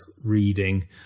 reading